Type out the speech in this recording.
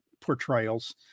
portrayals